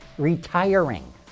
retiring